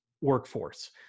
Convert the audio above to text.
workforce